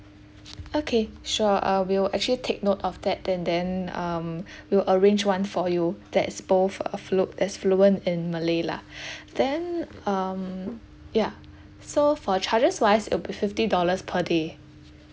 okay sure uh we'll actually take note of that and then um we'll arrange one for you that's both aflue~ is fluent in malay lah then mm ya so for charges wise it'll be fifty dollars per day